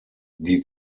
die